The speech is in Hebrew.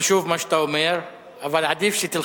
זה חשוב מה שאתה אומר אבל עדיף שתלחץ.